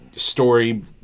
Story